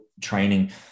training